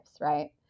right